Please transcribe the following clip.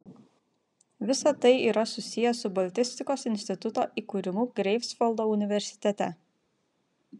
visa tai yra susiję su baltistikos instituto įkūrimu greifsvaldo universitete